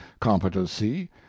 competency